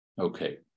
Okay